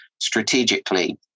strategically